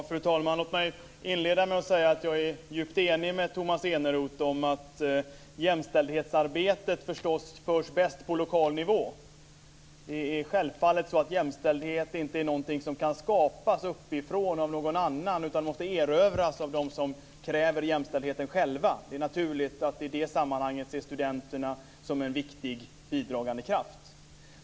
Fru talman! Låt mig inleda med att säga att jag är djupt enig med Tomas Eneroth om att jämställdhetsarbetet förstås förs bäst på lokal nivå. Jämställdhet kan självfallet inte skapas uppifrån av någon annan, utan den måste erövras av dem som kräver jämställdheten själva. Det är naturligt att i det sammanhanget se studenterna som en viktig bidragande kraft.